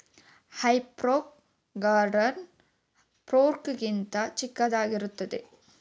ಹೇ fork garden fork ಗಿಂತ ಚಿಕ್ಕದಾಗಿರುತ್ತದೆ